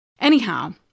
Anyhow